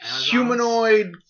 humanoid